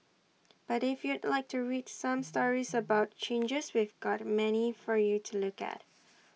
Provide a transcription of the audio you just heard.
but if you'd like to read some stories about the changes we've got many for you to look at